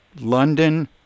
London